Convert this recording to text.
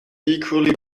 equally